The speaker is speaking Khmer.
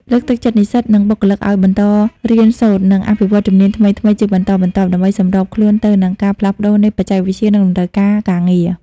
លើកទឹកចិត្តនិស្សិត និងបុគ្គលិកឱ្យបន្តរៀនសូត្រ និងអភិវឌ្ឍជំនាញថ្មីៗជាបន្តបន្ទាប់ ដើម្បីសម្របខ្លួនទៅនឹងការផ្លាស់ប្តូរនៃបច្ចេកវិទ្យា និងតម្រូវការការងារ។